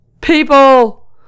People